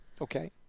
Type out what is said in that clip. Okay